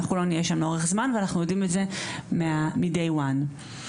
אנחנו לא נהיה שם לאורך זמן ואנחנו מודיעים את זה מהיום הראשון בתוכנית.